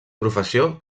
professió